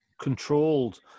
controlled